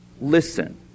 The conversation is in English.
listen